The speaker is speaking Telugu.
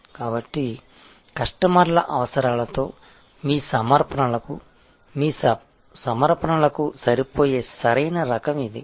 కాబట్టి కస్టమర్ల అవసరాలతో మీ సమర్పణలకు మీ సమర్పణలకు సరిపోయే సరైన రకం ఇది